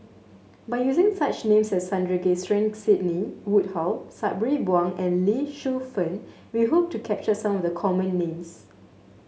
by using such names Sandrasegaran Sidney Woodhull Sabri Buang and Lee Shu Fen we hope to capture some of the common names